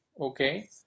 okay